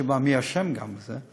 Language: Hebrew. מי אשם גם בזה,